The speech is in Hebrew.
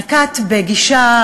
נקט גישה,